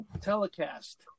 telecast